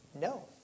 no